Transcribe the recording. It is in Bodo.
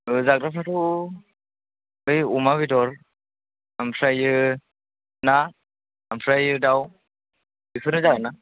ओ जाग्राफोराथ' बै अमा बेदर ओमफ्राय ना ओमफ्राय दाउ बेफोरनो जागोन ना